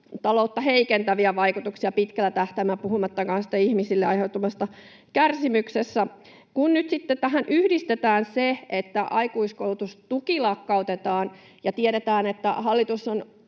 taloutta heikentäviä vaikutuksia pitkällä tähtäimellä, puhumattakaan ihmisille aiheutuvasta kärsimyksestä. Kun nyt tähän yhdistetään se, että aikuiskoulutustuki lakkautetaan, ja tiedetään, että hallitus on